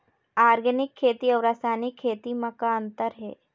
Organic खेती अउ रासायनिक खेती म का अंतर हे?